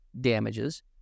damages